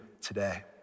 today